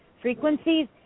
frequencies